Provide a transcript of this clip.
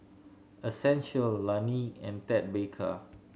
Essential Laneige and Ted Baker